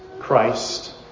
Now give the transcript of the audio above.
Christ